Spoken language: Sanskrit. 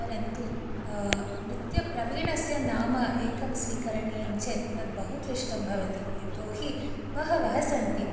परन्तु नृत्यप्रवीणस्य नाम एकं स्वीकरणीयं चेत् तद् बहु क्लिष्टं भवति यतो हि बहवः सन्ति